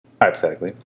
hypothetically